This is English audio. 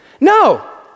No